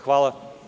Hvala.